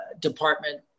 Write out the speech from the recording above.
department